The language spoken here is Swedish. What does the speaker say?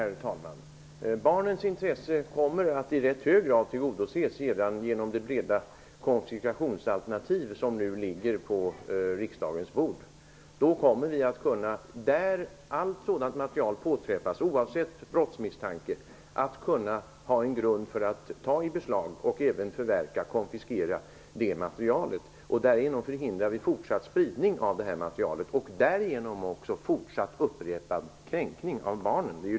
Herr talman! Barnens intresse kommer att i rätt hög grad tillgodoses redan genom det breda konfiskationsalternativ som nu ligger på riksdagens bord. Då kommer vi att kunna ha en grund för att ta i beslag och även förverka, konfiskera, allt sådant material som påträffas, oavsett brottsmisstanke. Därigenom förhindrar vi fortsatt spridning av materialet och fortsatt upprepad kränkning av barnen.